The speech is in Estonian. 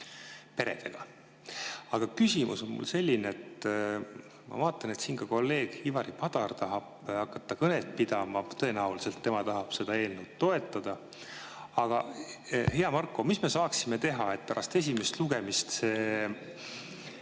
peredega. Aga küsimus on mul selline. Ma vaatan, et kolleeg Ivari Padar tahab hakata kõnet pidama ja tõenäoliselt tema tahab seda eelnõu toetada. Aga, hea Marko, mida me saaksime teha, et pärast esimest lugemist seda